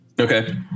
Okay